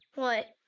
what?